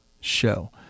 show